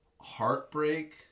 heartbreak